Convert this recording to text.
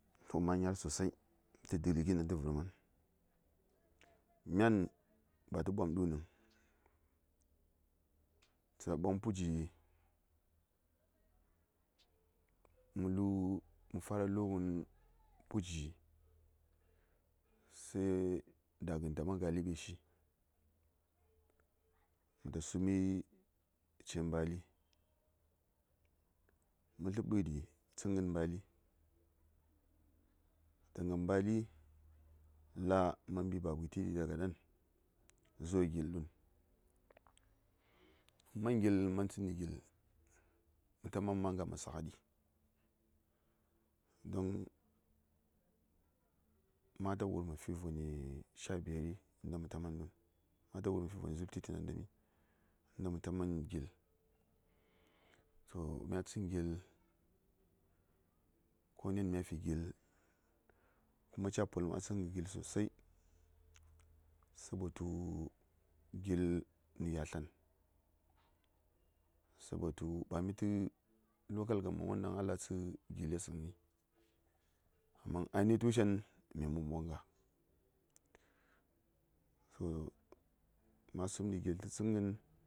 To manyar sosai tə dəli gin daŋ tə vərmən myani ba tə ɓwam ɗunəŋ tə ta ɓwam puji mə lu mə fara lughən puji sai daghən taman ga ləɓeshi məta sumi tai mbali mətlə ɓəɗi tsənghən mbali daga mbali la ma mbi baba gətiɗi daga ɗan zuwa gil du:n mə man gil mə an tsənni gil məta man ma nga mə saghaɗi don mata ngub mə fi voni sha biyari nda məta man du:n mata ngub məfi voni dzub tliti nandami nda məta man gil so mya tsən gil ko nen mya fi gil kuma ca poləm a tsən ghən gil sosai sabotu gil nə yatlan sabotu bamitə local government won ɗaŋ a latsə gilesəŋ ai amma ainihi tushen min mən ɓoŋga so ma sumɗi gil tə tsənghən.